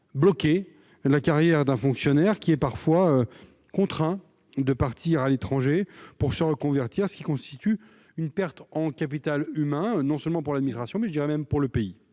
bloquer la carrière d'un fonctionnaire, ce dernier étant alors contraint de partir à l'étranger pour se reconvertir, ce qui constitue une perte en capital humain non seulement pour l'administration, mais aussi pour le pays.